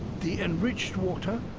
the enriched water,